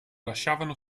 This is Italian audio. lasciavano